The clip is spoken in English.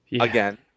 again